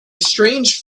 strange